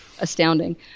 astounding